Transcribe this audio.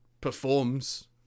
performs